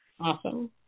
Awesome